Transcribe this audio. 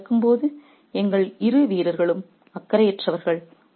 இது நடக்கும் போது எங்கள் இரு வீரர்களும் அக்கறையற்றவர்கள்